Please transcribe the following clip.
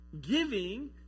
giving